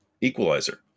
equalizer